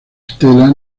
stella